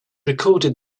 recorded